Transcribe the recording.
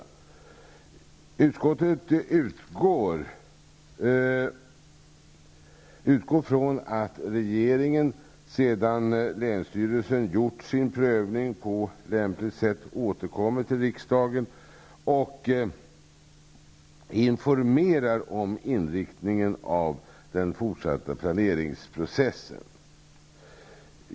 Utskottet utgår från att regeringen, sedan länsstyrelsen gjort sin prövning, på lämpligt sätt återkommer till riksdagen och informerar om inriktningen av den fortsatta planeringsprocessen.